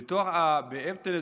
באבטין,